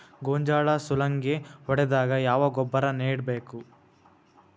ಗೋಂಜಾಳ ಸುಲಂಗೇ ಹೊಡೆದಾಗ ಯಾವ ಗೊಬ್ಬರ ನೇಡಬೇಕು?